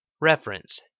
Reference